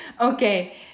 okay